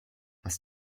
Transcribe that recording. was